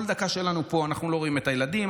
כל דקה שלנו פה אנחנו לא רואים את הילדים,